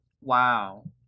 wow